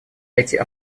эти